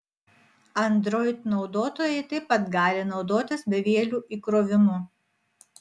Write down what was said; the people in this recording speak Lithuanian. android naudotojai taip pat gali naudotis bevieliu įkrovimu